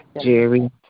Jerry